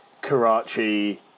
Karachi